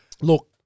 Look